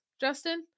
Justin